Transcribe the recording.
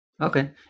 Okay